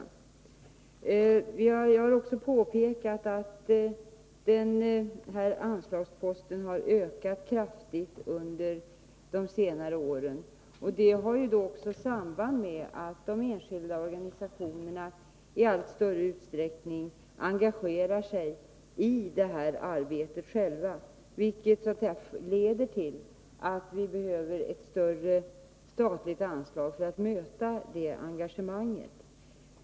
Jag har också påpekat att den här anslagsposten har ökat kraftigt under de senare åren. Det har samband med att de enskilda organisationerna i allt större utsträckning engagerar sig själva i det här arbetet. Det leder till att vi behöver ett större statligt anslag för att möta det engagemanget.